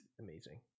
amazing